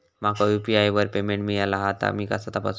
माका यू.पी.आय वर पेमेंट मिळाला हा ता मी कसा तपासू?